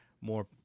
more